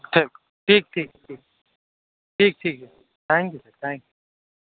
ٹھیک ٹھیک ٹھیک ٹھیک ٹھیک ٹھیک ہے thank you sir thank you